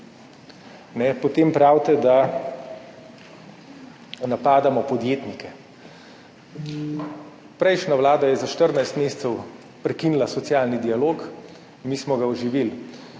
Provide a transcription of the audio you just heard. Potem pravite, da napadamo podjetnike. Prejšnja vlada je za 14 mesecev prekinila socialni dialog, mi smo ga oživili.